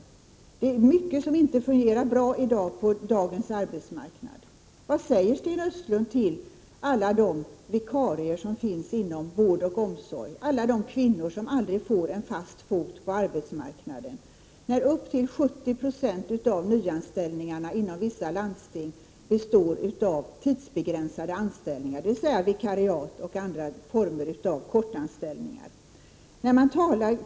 Det är mycket på dagens arbetsmarknad som inte fungerar bra. Vad säger Sten Östlund till alla de vikarier som finns inom vård och omsorg och till alla de kvinnor som aldrig får in en fast fot på arbetsmarknaden? Inom vissa landsting består nära 70 96 av nyanställningarna av tidsbegränsade anställningar, dvs. vikariat och andra former av korttidsanställningar.